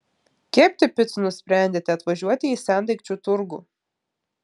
kepti picų nusprendėte atvažiuoti į sendaikčių turgų